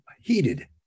heated